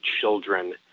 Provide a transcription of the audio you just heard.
children